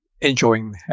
enjoying